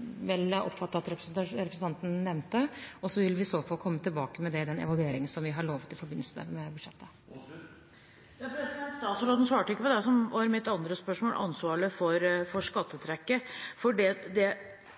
at representanten nevnte. Så vil vi i så fall komme tilbake med det i den evalueringen vi har lovt i forbindelse med budsjettet. Statsråden svarte ikke på det som var mitt andre spørsmål, ansvaret for skattetrekket.